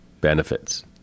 benefits